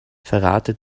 verrate